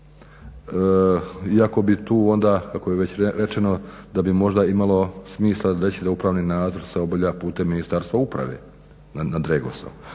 Iako bi tu onda kako je već rečeno da bi možda imalo smisla reći da upravni nadzor se obavlja putem Ministarstva uprave nad REGOS-om,